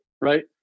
Right